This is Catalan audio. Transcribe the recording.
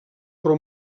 però